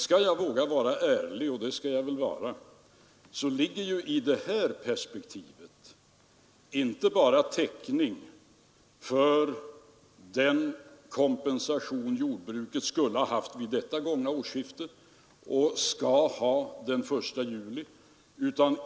Skall jag vara ärlig — och det skall jag väl vara — måste jag dock påpeka att i det här perspektivet ryms inte bara finansieringen av den kompensation jordbruket skulle ha haft vid det gångna årsskiftet och skall ha den 1 juli.